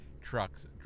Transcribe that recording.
trucks